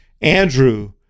Andrew